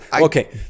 Okay